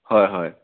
হয় হয়